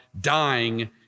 dying